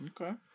okay